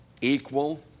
equal